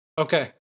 Okay